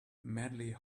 medley